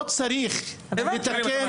לא צריך לתקן אותו.